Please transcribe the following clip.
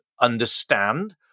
understand